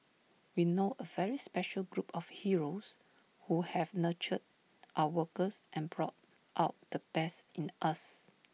we know A very special group of heroes who have nurtured our workers and brought out the best in us